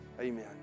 Amen